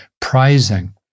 prizing